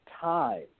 time